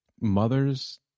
mother's